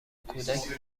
کودک